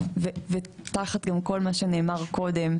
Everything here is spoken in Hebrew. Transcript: ותחת כל מה שנאמר קודם,